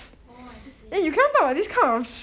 oh I see